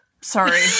Sorry